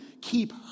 keep